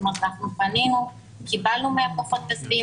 פנינו וקיבלנו דוחות כספיים.